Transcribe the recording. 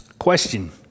question